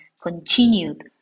continued